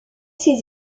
ses